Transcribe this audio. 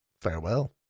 Farewell